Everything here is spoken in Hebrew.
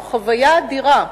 זו חוויה אדירה.